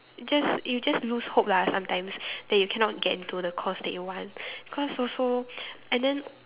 just you just lose hope lah sometimes that you cannot get into the course that you want cause also and then